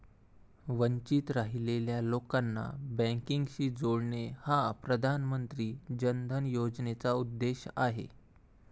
वंचित राहिलेल्या लोकांना बँकिंगशी जोडणे हा प्रधानमंत्री जन धन योजनेचा उद्देश आहे